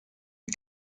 une